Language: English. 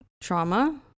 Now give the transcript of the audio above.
trauma